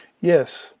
Yes